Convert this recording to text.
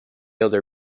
other